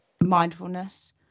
mindfulness